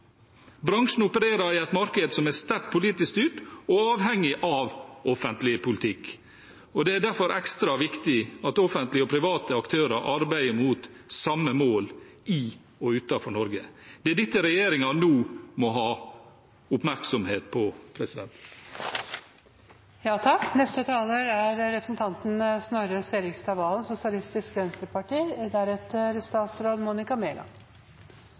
Bransjen opererer i et marked som er sterkt politisk styrt og avhengig av offentlig politikk, og det er derfor ekstra viktig at offentlige og private aktører arbeider mot samme mål, i og utenfor Norge. Det er dette regjeringen nå må ha oppmerksomhet på.